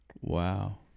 Wow